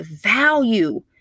value